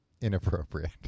inappropriate